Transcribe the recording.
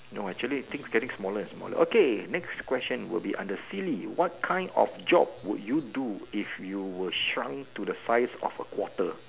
no actually things getting smaller and smaller okay next question will be under silly what kind of job would you do if you were shrunk to the size of a quarter